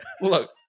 Look